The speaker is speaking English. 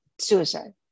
suicide